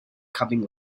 coming